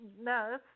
No